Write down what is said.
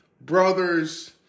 Brothers